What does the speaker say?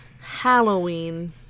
Halloween